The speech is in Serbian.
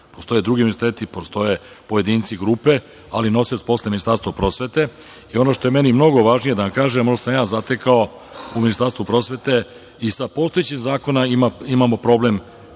radi. Postoje drugi univerziteti, postoje pojedinci, grupe, ali nosioc posla je Ministarstvo prosvete i ono što je meni mnogo važnije da vam kažem, ovo sam ja zatekao u Ministarstvu prosvete i sa postojećim zakonima imamo problem